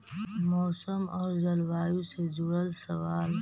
मौसम और जलवायु से जुड़ल सवाल?